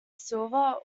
silver